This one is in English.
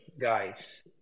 Guys